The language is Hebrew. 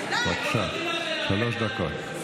בבקשה, שלוש דקות.